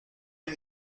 hay